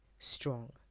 strong